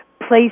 place